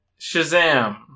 Shazam